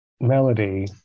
melody